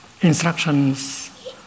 instructions